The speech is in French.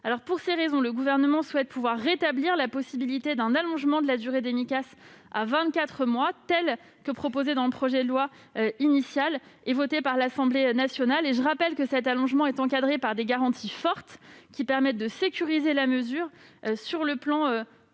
Pour ces raisons, le Gouvernement souhaite pouvoir rétablir la possibilité d'un allongement de la durée des Micas à vingt-quatre mois, telle qu'elle était proposée dans le projet de loi initial et qu'elle a été votée par l'Assemblée nationale. Je rappelle que cet allongement est encadré par des garanties fortes, qui permettent de sécuriser la mesure sur le plan